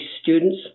students